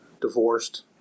divorced